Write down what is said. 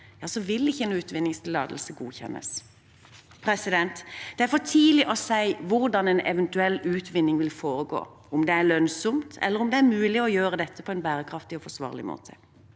vil ikke en utvinningstillatelse godkjennes. Det er for tidlig å si hvordan en eventuell utvinning vil foregå, om det er lønnsomt, eller om det er mulig å gjøre dette på en bærekraftig og forsvarlig måte.